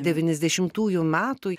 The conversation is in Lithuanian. devyniasdešimtųjų metų